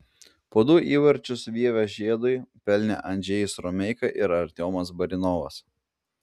po du įvarčius vievio žiedui pelnė andžejus romeika ir artiomas barinovas